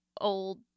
old